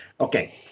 Okay